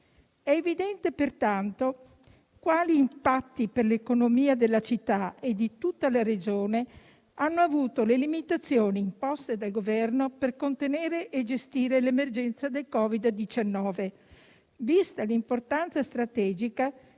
È evidente, pertanto, quali impatti per l'economia della città e di tutta la Regione hanno avuto le limitazioni imposte dal Governo per contenere e gestire l'emergenza del Covid-19, vista l'importanza strategica